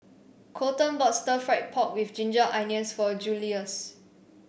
Colton bought Stir Fried Pork with Ginger Onions for Julious